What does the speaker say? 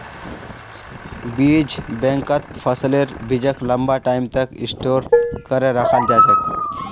बीज बैंकत फसलेर बीजक लंबा टाइम तक स्टोर करे रखाल जा छेक